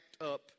up